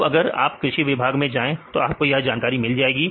अब अगर आप कृषि विभाग में जाएं तो आपको यह जानकारी मिल जाएगी